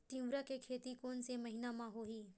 तीवरा के खेती कोन से महिना म होही?